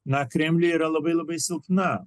na kremliui yra labai labai silpna